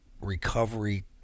recovery